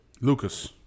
Lucas